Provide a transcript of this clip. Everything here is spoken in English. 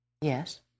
yes